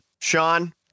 Sean